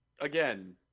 again